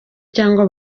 cyangwa